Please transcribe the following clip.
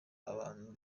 abantu